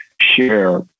share